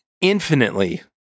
infinitely